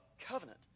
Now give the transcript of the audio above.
covenant